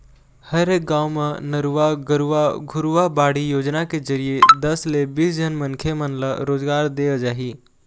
हरेक गाँव म नरूवा, गरूवा, घुरूवा, बाड़ी योजना के जरिए दस ले बीस झन मनखे मन ल रोजगार देय जाही